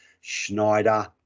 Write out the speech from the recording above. Schneider